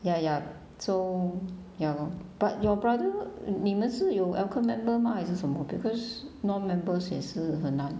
ya ya so ya lor but your brother 你们是有 alkun member mah 还是什么 because non-members 也是很难